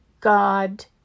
God